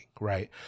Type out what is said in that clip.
right